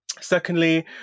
Secondly